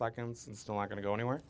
seconds and still i'm going to go anywhere